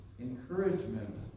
Encouragement